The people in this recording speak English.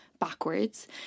backwards